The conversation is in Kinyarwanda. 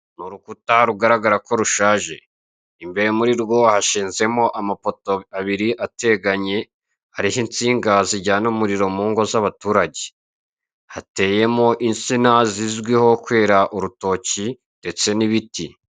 Urukuta rugaragara ko rushaje, imbere muri rwo hashizemo amapoto abiri ateganye, hariho insinga zijyana umuriro mu ngo z'abaturage hateyemo insina zizwiho kwera urutoki ndetse n'ibiti.